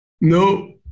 No